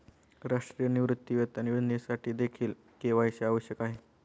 राष्ट्रीय निवृत्तीवेतन योजनेसाठीदेखील के.वाय.सी आवश्यक आहे